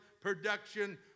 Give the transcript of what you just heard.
production